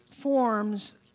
forms